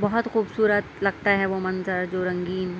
بہت خوبصورت لگتا ہے وہ منظر جو رنگین